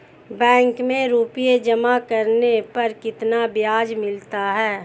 Bank में रुपये जमा करने पर कितना ब्याज मिलता है?